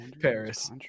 Paris